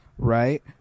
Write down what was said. Right